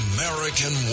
American